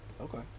Okay